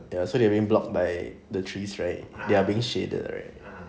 ya so you have been blocked by the trees right they are being shaded right